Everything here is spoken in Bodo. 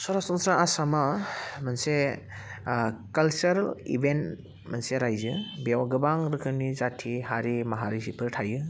सरासनस्रा आसामा मोनसे कालसारेल इभेन्ट मोनसे रायजो बेयाव गोबां रोखोमनि जाति हारि माहारिफोर थायो